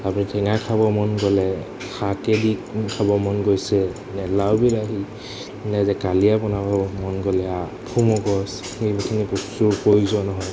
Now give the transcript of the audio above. আপুনি টেঙা খাব মন গ'লে শাকেদি খাব মন গৈছে নে লাও বিলাহী নে যে কালিয়া বনাব মন গ'লে এইখিনি প্ৰচুৰ প্ৰয়োজন হয়